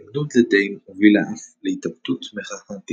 ההתנגדות לדיים הובילה אף להתאבדות מחאה